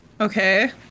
okay